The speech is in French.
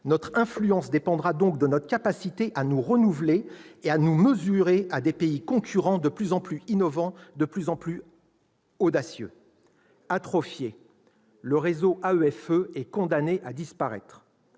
Notre influence dépendra donc de notre capacité à nous renouveler et à nous mesurer à des pays concurrents de plus en plus innovants, de plus en plus audacieux. Atrophié, le réseau AEFE est condamné àdisparaître.